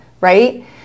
right